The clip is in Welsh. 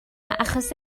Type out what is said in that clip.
achos